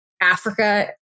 Africa